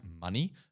money